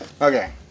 Okay